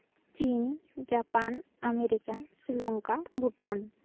chin Japan America Sri Lanka Bhutan